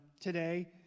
today